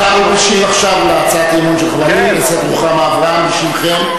הוא משיב עכשיו להצעת אי-אמון של חברת הכנסת רוחמה אברהם בשמכם,